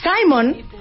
Simon